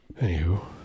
Anywho